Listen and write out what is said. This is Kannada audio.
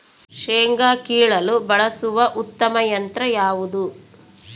ಶೇಂಗಾ ಕೇಳಲು ಬಳಸುವ ಉತ್ತಮ ಯಂತ್ರ ಯಾವುದು?